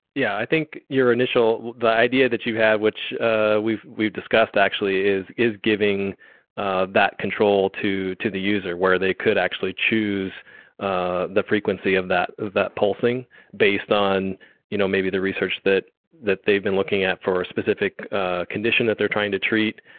yeah i think your initial, the idea that you have which we've we've discussed actually is is giving ah that control to to the user where they could actually choose ah the frequency of that that pulsing based on you know maybe the research that that they've been looking at for specific ah and that they're trying to treat.